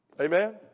Amen